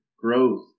growth